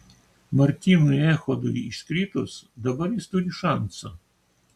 martynui echodui iškritus dabar jis turi šansą